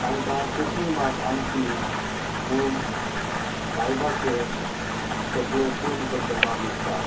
तांकां कोंकणी भास आमची म्हूण मांय भाशेंक सगळें प्रेम करतना दिसतात